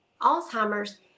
Alzheimer's